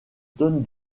tonne